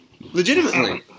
legitimately